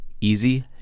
easy